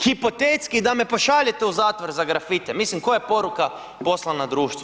Hipotetski, da me pošaljete u zatvor za grafite, mislim koja je poruka poslana društvu?